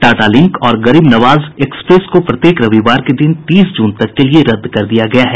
Tata link और Garib Nawaz express को प्रत्येक रविवार के दिन तीस जून तक के लिये रद्द कर दिया गया है